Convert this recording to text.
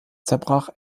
zerbrach